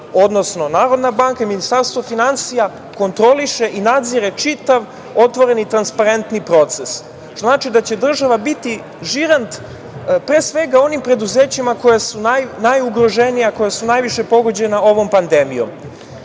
odnosno Narodna banka i Ministarstvo finansija kontroliše i nadzire čitav otvoreni transparentni proces. To znači da će država biti žirant pre svega onim preduzećima koja su najugroženija, koja su najviše pogođena ovom pandemijom.